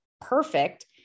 perfect